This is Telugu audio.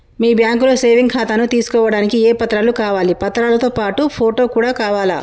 మీ బ్యాంకులో సేవింగ్ ఖాతాను తీసుకోవడానికి ఏ ఏ పత్రాలు కావాలి పత్రాలతో పాటు ఫోటో కూడా కావాలా?